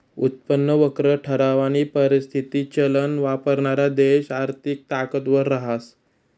उत्पन्न वक्र ठरावानी परिस्थिती चलन वापरणारा देश आर्थिक ताकदवर रहास